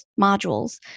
modules